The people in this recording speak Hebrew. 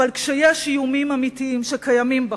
אבל כשיש איומים אמיתיים שקיימים בחוץ,